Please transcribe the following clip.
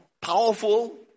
powerful